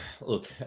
look